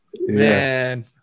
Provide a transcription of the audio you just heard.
man